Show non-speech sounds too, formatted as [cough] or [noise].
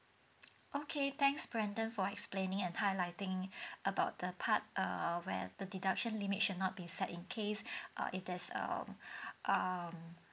okay thanks brandon for explaining and highlighting [breath] about the part err where the deduction limit should not be set in case [breath] uh if there's um [breath] um